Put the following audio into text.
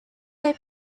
their